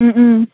ও ও